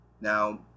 Now